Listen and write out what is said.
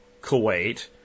Kuwait